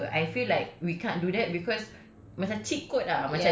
okay you're now going to be mature I feel like we can't do that because